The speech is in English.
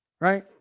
right